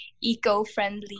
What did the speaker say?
eco-friendly